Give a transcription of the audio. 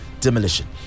demolition